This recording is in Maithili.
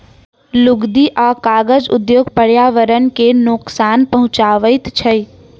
लुगदी आ कागज उद्योग पर्यावरण के नोकसान पहुँचाबैत छै